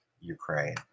Ukraine